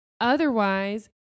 Otherwise